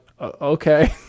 okay